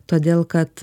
todėl kad